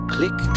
Click